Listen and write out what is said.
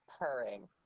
purring